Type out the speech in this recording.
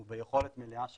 הוא ביכולת מלאה שלהם,